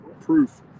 proof